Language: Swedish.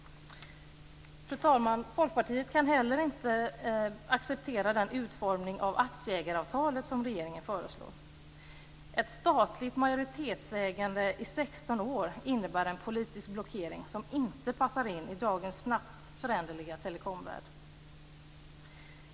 Fru talman! Folkpartiet kan inte heller acceptera den utformning av aktieägaravtalet som regeringen föreslår. Ett statligt majoritetsägande i 16 år innebär en politisk blockering som inte passar in i dagens snabbt föränderliga telekomvärld.